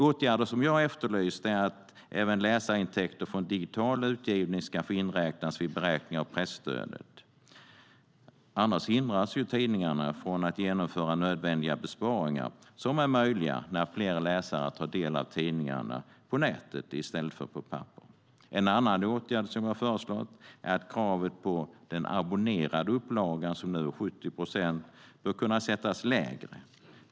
Åtgärder som jag har efterlyst är att även läsarintäkter från digital utgivning ska få inräknas vid beräkning av presstödet, annars hindras ju tidningarna från att genomföra nödvändiga besparingar som är möjliga när fler läsare tar del av tidningarna på nätet i stället för på papper. En annan åtgärd som jag har föreslagit är att kravet på abonnerad upplaga, som nu är 70 procent, bör kunna sättas lägre.